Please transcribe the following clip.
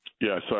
Yes